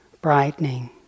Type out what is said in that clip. brightening